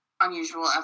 unusual